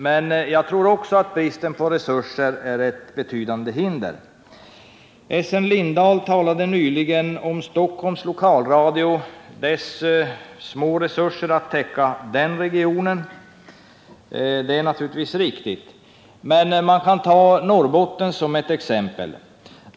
Men jag tror också att bristen på resurser är ett betydande hinder. Essen Lindahl talade nyss om Stockholms lokalradios små resurser att täcka sin region. Det är naturligtvis riktigt. Men jag kan ta Norrbotten såsom ett motexempel.